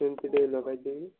ଲଗାଇ ଦେବି